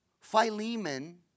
Philemon